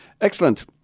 Excellent